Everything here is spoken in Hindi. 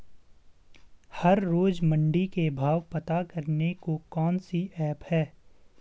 हर रोज़ मंडी के भाव पता करने को कौन सी ऐप है?